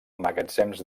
magatzems